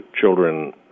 children